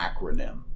acronym